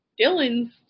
Dylan's